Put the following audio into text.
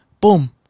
Boom